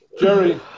Jerry